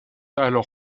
alors